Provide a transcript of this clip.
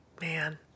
man